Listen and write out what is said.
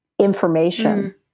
information